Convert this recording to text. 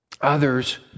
Others